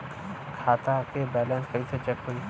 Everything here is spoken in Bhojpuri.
खता के बैलेंस कइसे चेक होई?